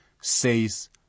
says